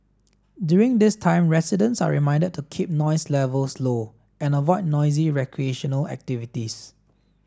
during this time residents are reminded to keep noise levels low and avoid noisy recreational activities